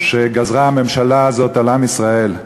שגזרה הממשלה הזאת על עם ישראל.